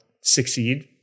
succeed